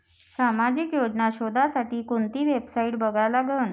सामाजिक योजना शोधासाठी कोंती वेबसाईट बघा लागन?